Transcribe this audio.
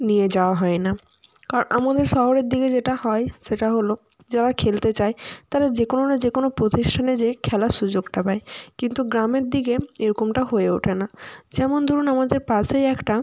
নিয়ে যাওয়া হয় না কারণ আমাদের শহরের দিকে যেটা হয় সেটা হলো যারা খেলতে চায় তারা যে কোনো না যে কোনো প্রতিষ্ঠানে যেয়ে খেলার সুযোগটা পায় কিন্তু গ্রামের দিকে এরকমটা হয়ে ওঠে না যেমন ধরুন আমাদের পাশেই একটা